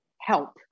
help